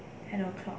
ten o'clock